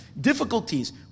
difficulties